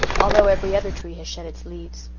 although every other tree has shed its leaves.